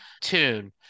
tune